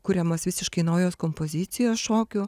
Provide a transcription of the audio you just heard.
kuriamos visiškai naujos kompozicijos šokių